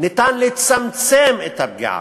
אפשר לצמצם את הפגיעה.